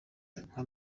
nka